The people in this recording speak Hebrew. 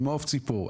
ממעוף ציפור,